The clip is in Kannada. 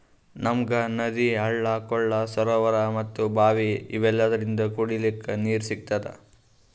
ನಮ್ಗ್ ನದಿ ಹಳ್ಳ ಕೊಳ್ಳ ಸರೋವರಾ ಮತ್ತ್ ಭಾವಿ ಇವೆಲ್ಲದ್ರಿಂದ್ ಕುಡಿಲಿಕ್ಕ್ ನೀರ್ ಸಿಗ್ತದ